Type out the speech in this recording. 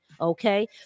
okay